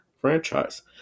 franchise